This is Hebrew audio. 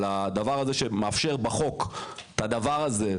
אבל הדבר הזה שמאפשר בחוק את הדבר הזה,